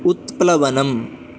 उत्प्लवनम्